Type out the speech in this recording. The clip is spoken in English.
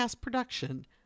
production